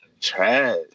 trash